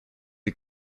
est